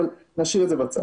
אבל נשאיר את זה בצד.